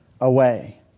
away